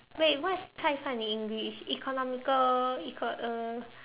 wait what is cai fan in English economical econ~ uh